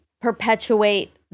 perpetuate